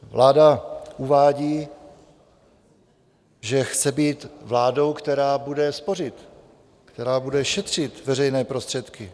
Vláda uvádí, že chce být vládou, která bude spořit, která bude šetřit veřejné prostředky.